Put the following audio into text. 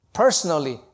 personally